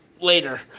later